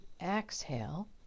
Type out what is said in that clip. exhale